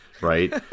right